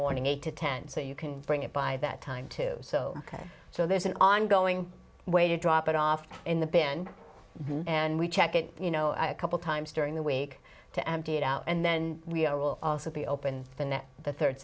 morning eight to ten so you can bring it by that time too so ok so there's an ongoing way to drop it off in the bin and we check it you know a couple times during the week to empty it out and then we will also be open to the net the third